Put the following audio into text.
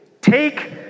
take